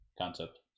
concept